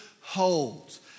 holds